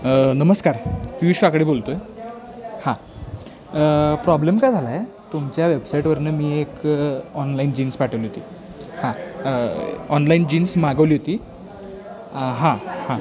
नमस्कार पीयुष काकडे बोलतो आहे हां प्रॉब्लेम काय झाला आहे तुमच्या वेबसाईटवरनं मी एक ऑनलाईन जीन्स पाठवली होती हां ऑनलाईन जीन्स मागवली होती हां हां